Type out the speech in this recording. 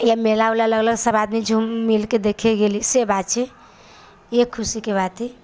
इएह मेला उला लगलऽ सब आदमी झूम मिलके देखै लऽ गेली से बात छै इएह खुशीके बात हइ